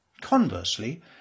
Conversely